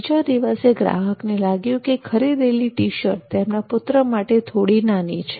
બીજા દિવસે ગ્રાહકને લાગ્યું કે ખરીદેલી ટી શર્ટ તેમના પુત્ર માટે થોડી નાની છે